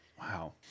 wow